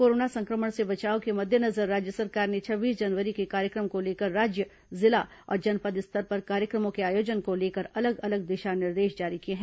corona संक्रमण से बचाव के मद्देजनर राज्य सरकार ने छब्बीस जनवरी के कार्यक्रम को लेकर राज्य जिला और जनपद स्तर पर कार्यक्रमों के आयोजन को लेकर अलग अलग दिशा निर्देश जारी किए हैं